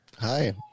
Hi